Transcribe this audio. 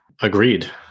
agreed